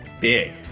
big